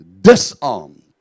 disarmed